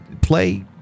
play